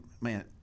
man